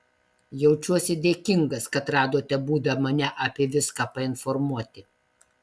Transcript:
jaučiuosi dėkingas kad radote būdą mane apie viską painformuoti